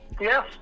Yes